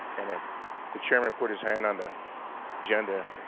and um the gym and put his hand on the agenda